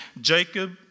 Jacob